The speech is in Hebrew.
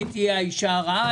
היא תהיה האשה הרעה.